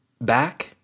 back